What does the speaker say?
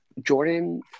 jordan